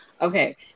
Okay